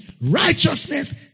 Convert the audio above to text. Righteousness